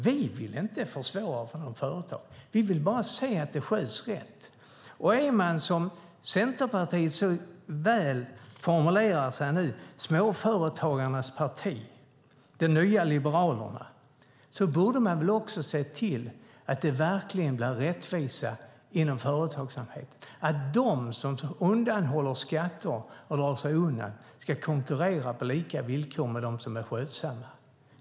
Vi vill inte försvåra för några företag. Vi vill bara se att de sköts rätt. Är man som Centerpartiet småföretagarnas parti, som man så väl formulerar det, de nya liberalerna, borde man också se till att det verkligen blir rättvisa inom företagsamheten så att de som undanhåller skatter i stället ska konkurrera på lika villkor som de som är skötsamma.